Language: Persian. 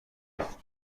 گرفت